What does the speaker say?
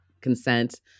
consent